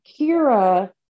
Kira